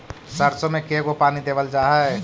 सरसों में के गो पानी देबल जा है?